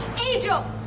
angel!